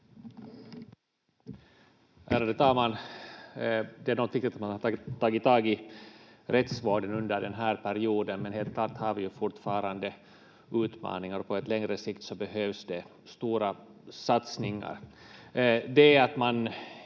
Ärade talman! Det är någonting fint att man tagit tag i rättsvården under den här perioden, men helt klart har vi ju fortfarande utmaningar, och på en längre sikt behövs det stora satsningar. Det att man